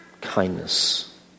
kindness